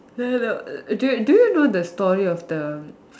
then uh do you do you know the story of the